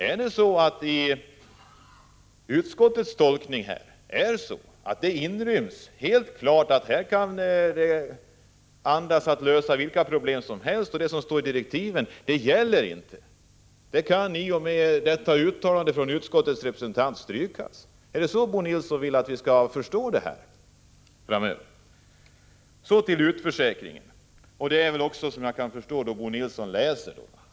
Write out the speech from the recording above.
Är det så, att det i fråga om utskottets tolkning helt klart finns en anda att vilka problem som helst kan lösas och att det som står i direktiven inte gäller utan att det kan strykas i och med det uttalande som gjorts av utskottets talesman? Är det på det sättet Bo Nilsson vill att vi skall tolka det här framöver? Prot. 1985/86:39 Så till frågan om utförsäkringen. Såvitt jag förstår läser Bo Nilsson på sitt — 28 november 1985 sätt.